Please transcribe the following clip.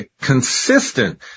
consistent